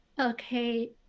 Okay